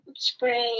spray